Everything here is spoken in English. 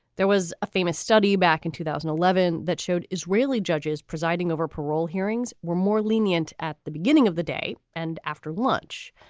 there was a famous study back in two thousand and eleven that showed israeli judges presiding over parole hearings were more lenient at the beginning of the day and after lunch.